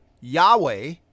Yahweh